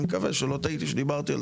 אני מקווה שלא טעיתי כשדיברתי על זה.